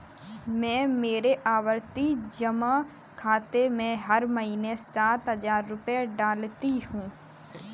मैं मेरे आवर्ती जमा खाते में हर महीने सात हजार रुपए डालती हूँ